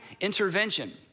intervention